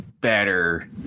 better